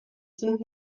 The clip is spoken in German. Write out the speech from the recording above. sind